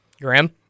Graham